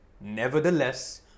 Nevertheless